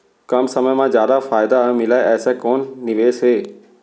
कम समय मा जादा फायदा मिलए ऐसे कोन निवेश हे?